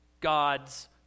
God's